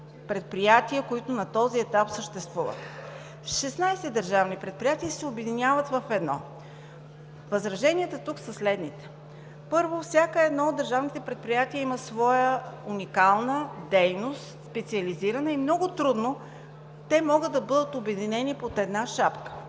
предприятия, които на този етап съществуват. Шестнадесет държавни предприятия се обединяват в едно. Възраженията тук са следните: първо, всяко едно от държавните предприятия има своя уникална дейност, специализирана и много трудно те могат да бъдат обединени под една шапка.